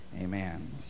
Amen